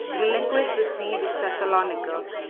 relinquished the siege of thessalonica,